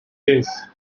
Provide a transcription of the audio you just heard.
days